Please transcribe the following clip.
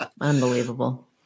Unbelievable